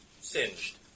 Singed